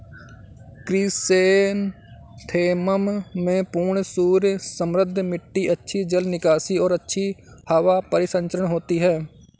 chrysanthemum में पूर्ण सूर्य समृद्ध मिट्टी अच्छी जल निकासी और अच्छी हवा परिसंचरण होती है